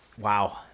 Wow